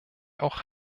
auch